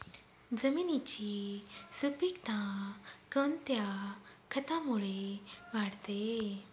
जमिनीची सुपिकता कोणत्या खतामुळे वाढते?